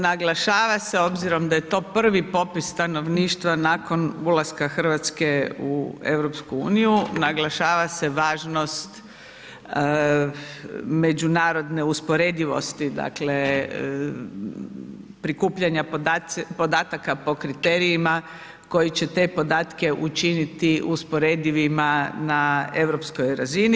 Naglašava se obzirom da je to prvi popis stanovništva nakon ulaska RH u EU, naglašava se važnost međunarodne usporedivosti, dakle prikupljanja podataka po kriterijima koji će te podatke učiniti usporedivima na europskoj razini.